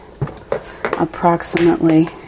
approximately